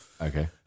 okay